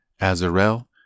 Azarel